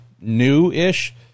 new-ish